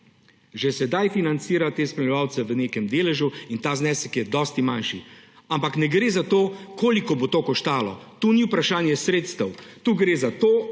Že sedaj financira te spremljevalce v nekem deležu in ta znesek je dosti manjši, ampak ne gre za to, koliko bo to koštalo. To ni vprašanje sredstev. Tukaj gre za to,